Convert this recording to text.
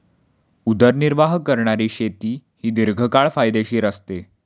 उदरनिर्वाह करणारी शेती ही दीर्घकाळ फायदेशीर असते